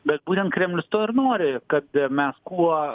bet būtent kremlius ir nori kad mes kuo